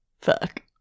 Fuck